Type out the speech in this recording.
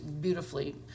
beautifully